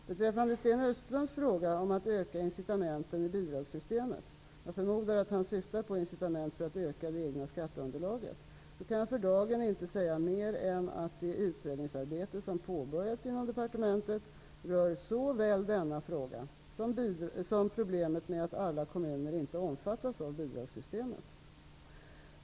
Beträffande Sten Östlunds fråga om att öka incitamenten i bidragssystemet, jag förmodar att han syftar på incitament för att öka det egna skatteunderlaget, så kan jag för dagen inte säga mer än att det utredningsarbete som har påbörjats inom departementet rör såväl denna fråga som problemet med att alla kommuner inte omfattas av bidragssystemet.